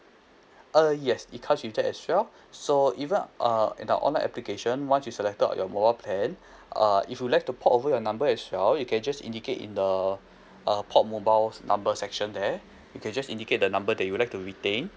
err yes it comes with that as well so even err in our online application once you've selected all your mobile plan err if you'd like to port over your number as well you can just indicate in the uh port mobile's number section there you can just indicate the number that you would like to retain